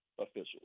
officials